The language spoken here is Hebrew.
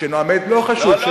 לא חשוב.